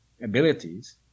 abilities